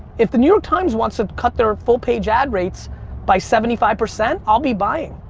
if the new york times wants to cut their full-page ad rates by seventy five percent i'll be buying.